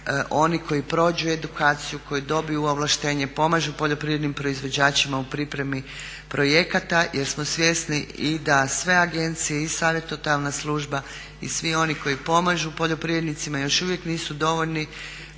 oni koji prođu edukaciju, koji dobiju ovlaštenje pomažu poljoprivrednim proizvođačima u pripremi projekata jer smo svjesni i da sve agencije i savjetodavna služba i svi oni koji pomažu poljoprivrednicima još nisu dovoljni